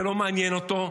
זה לא מעניין אותו.